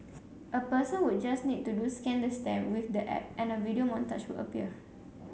a person would just need to do scan the stamp with the app and a video montage would appear